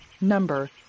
Number